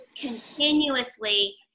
continuously